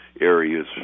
areas